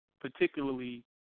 particularly